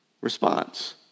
response